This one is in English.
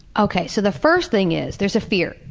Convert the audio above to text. okay, so, the first thing is, there's a fear.